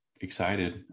excited